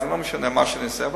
לא משנה מה שאני אעשה.